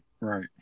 Right